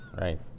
Right